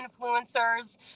influencers